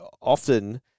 Often